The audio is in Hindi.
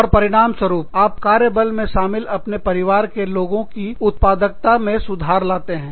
और परिणामस्वरूप आप कार्य बल में शामिल आपके परिवार के लोगों की उत्पादकता में सुधार लाते हैं